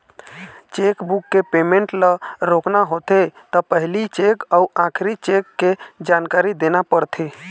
chequebook के payment ल रोकना होथे त पहिली चेक अउ आखरी चेक के जानकारी देना परथे